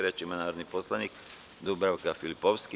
Reč ima narodna poslanica Dubravka Filipovski.